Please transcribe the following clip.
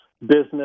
business